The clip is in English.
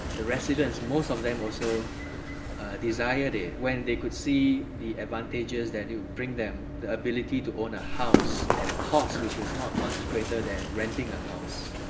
the residents, most of them, desired it when they could see the advantages that you bring them the ability to own a house at a cost which was not much greater than renting a house.